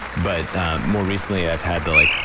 but more recently i've had the, like,